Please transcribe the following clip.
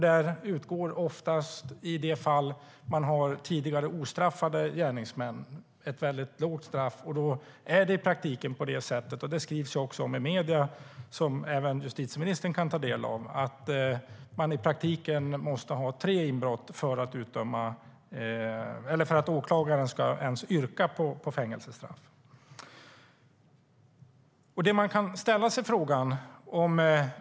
Där utgår oftast i de fall man har tidigare ostraffade gärningsmän ett väldigt lågt straff. I praktiken måste man - vilket det också skrivs om i medierna och som även justitieministern kan ta del av - ha gjort tre inbrott för att åklagaren ens ska yrka på fängelsestraff. Man kan ställa sig en fråga.